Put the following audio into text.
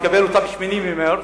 מקבל אותה ב-8 במרס,